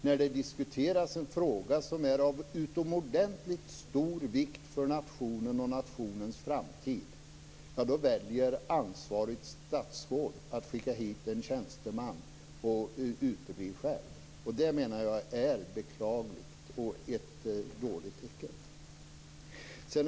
När det diskuteras en fråga som är av utomordentligt stor vikt för nationen och nationens framtid, då väljer ansvarigt statsråd att skicka hit en tjänsteman och själv utebli. Det är beklagligt och ett dåligt tecken.